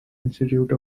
institute